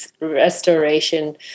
restoration